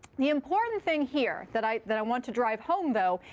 the important thing here that i that i want to drive home, though,